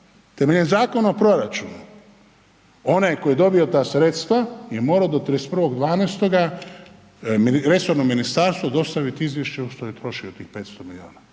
Temeljem Zakona o proračunu, onaj tko je dobio ta sredstva je morao do 31.12. resornom ministarstvu dostaviti izvješće u što je utrošio tih 500 milijuna.